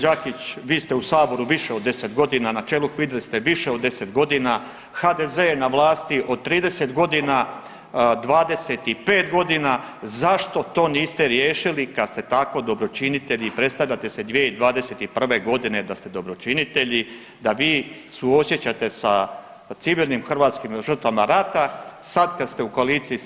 Đakić, vi ste u Saboru više od 10 godina, na čelu HVIDRA-e ste više od 10 godina, HDZ je na vlasti od 30 godina, 25 godina, zašto to niste riješili kad ste tako dobročinitelji i predstavljate se 2021. g. da ste dobročinitelji, da vi suosjećate sa civilnim hrvatskim žrtvama rata, sad kad ste u koaliciji sa